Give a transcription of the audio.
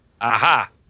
Aha